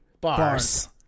Bars